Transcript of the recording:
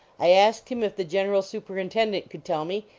i asked him if the general superintendent could tell me,